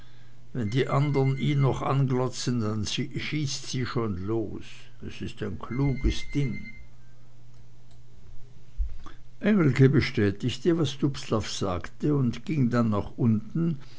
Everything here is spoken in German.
wenn die andern ihn noch anglotzen dann schießt sie schon los es ist ein kluges ding engelke bestätigte was dubslav sagte und ging dann nach unten